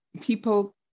people